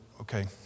okay